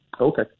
Okay